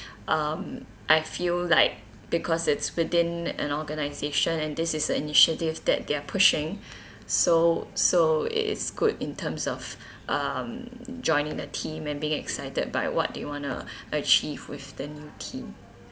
um I feel like because it's within an organisation and this is a initiative that they are pushing so so it is good in terms of um joining the team and being excited by what do you want to achieve with the new team